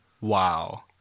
Wow